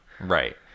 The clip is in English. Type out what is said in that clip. right